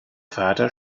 vater